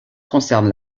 concernent